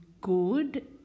good